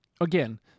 again